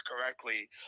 correctly